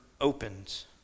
opens